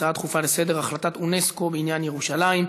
הצעה דחופה לסדר-היום: החלטת אונסק"ו לגבי ירושלים.